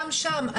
גם שם,